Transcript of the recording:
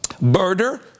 murder